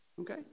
Okay